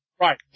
Right